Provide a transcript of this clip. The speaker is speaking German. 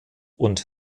und